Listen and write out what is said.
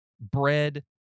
bread